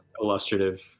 illustrative